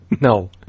No